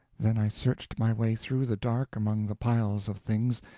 then i searched my way through the dark among the piles of things,